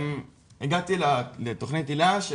הגעתי לתוכנית היל"ה.